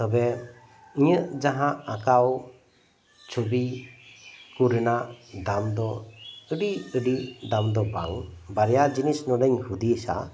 ᱛᱚᱵᱮ ᱤᱧᱟᱹᱜ ᱡᱟᱦᱟᱸ ᱟᱸᱠᱟᱣ ᱪᱷᱚᱵᱤ ᱠᱚ ᱨᱮᱱᱟᱜ ᱫᱟᱢ ᱫᱚ ᱟᱹᱰᱤ ᱟᱹᱰᱤ ᱫᱟᱢ ᱫᱚ ᱵᱟᱝ ᱵᱟᱨᱭᱟ ᱡᱤᱱᱤᱥ ᱱᱚᱰᱮᱧ ᱦᱩᱫᱤᱥᱟ